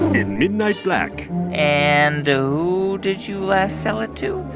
in midnight black and who did you last sell it to?